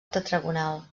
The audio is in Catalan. tetragonal